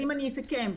אם אסכם,